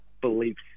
beliefs